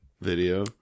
video